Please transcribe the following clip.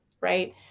right